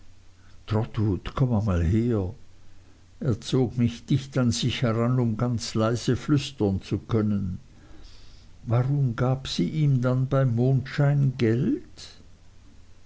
komm einmal her er zog mich dicht an sich heran um ganz leise flüstern zu können warum gab sie ihm dann beim mondschein geld